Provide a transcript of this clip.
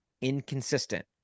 inconsistent